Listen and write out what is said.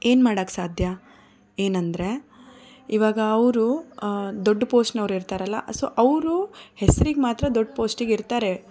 ಏನು ಮಾಡೋಕೆ ಸಾಧ್ಯ ಏನೆಂದರೆ ಈವಾಗ ಅವರು ದೊಡ್ಡ ಪೋಸ್ಟ್ನವರು ಇರ್ತಾರಲ್ಲ ಸೊ ಅವರು ಹೆಸ್ರಿಗೆ ಮಾತ್ರ ದೊಡ್ಡ ಪೋಸ್ಟಿಗೆ ಇರ್ತಾರೆ